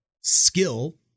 skill